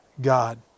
God